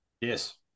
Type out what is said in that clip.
Yes